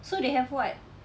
so they have what